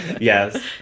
Yes